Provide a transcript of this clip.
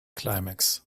climax